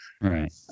Right